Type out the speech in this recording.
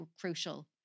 crucial